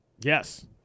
Yes